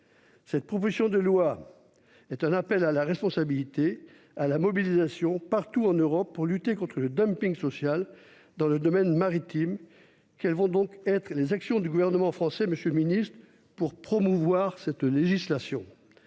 Cette proposition de loi est un appel à la responsabilité et à la mobilisation partout en Europe pour lutter contre le dumping social dans le domaine maritime. Que compte faire le gouvernement français, monsieur le secrétaire d'État, pour promouvoir cette législation ?